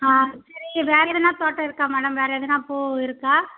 ஆ சரி வேறு எதனா தோட்டம் இருக்கா மேடம் வேறு எதனா பூ இருக்கா